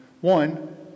One